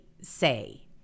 say